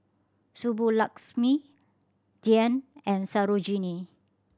Subbulakshmi Dhyan and Sarojini